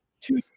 two